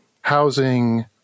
Housing